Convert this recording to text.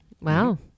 Wow